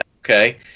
Okay